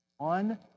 One